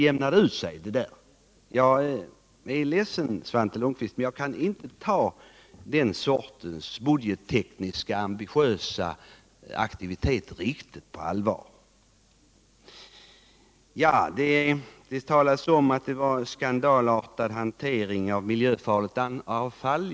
Jag är ledsen, Svante Lundkvist, men jag kan inte ta den sortens ambitiösa budgettekniska aktivitet riktigt på allvar! Det talas om att det förekommit en skandalartad hantering med miljöfarligt avfall.